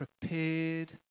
prepared